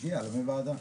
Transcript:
זה במייל ועדה.